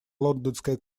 лондонская